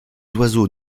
oiseaux